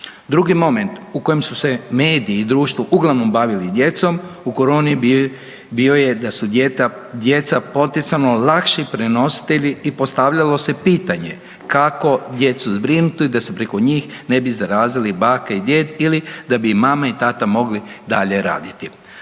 Drugi moment u kojem su se mediji i društvo u uglavnom bavili djecom, u koroni bio je da su djeca potencijalno lakši prenositelji i postavljalo se pitanje kako djecu zbrinuti da se preko njih ne bi zarazili baka i djed ili da bi im mama i tata mogli dalje raditi.